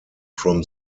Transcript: from